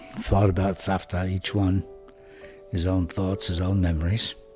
thought about savta, each one his own thoughts, his own memories,